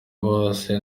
bose